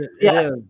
yes